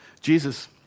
Jesus